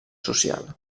social